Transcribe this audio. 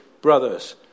Brothers